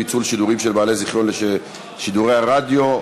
פיצול שידורים של בעל זיכיון לשידורי רדיו),